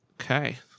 Okay